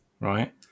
right